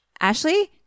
Ashley